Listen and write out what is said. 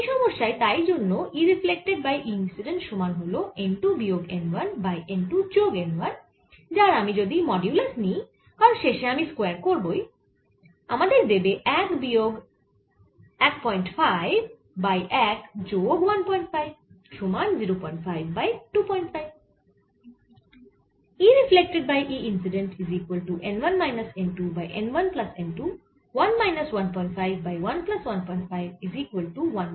এই সমস্যায় তাই জন্য E reflected by E incident সমান হল n 2 বিয়োগ n 1 বাই n 2 যোগ n 1 যার আমি যদি মডিউলাস নিই কারণ শেষে আমি স্কয়ার করবই আমাদের দেবে 1 বিয়োগ 15 বাই 1 যোগ 15 সমান 05 বাই 25 যার সমান হল 1 বাই 5